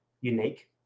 unique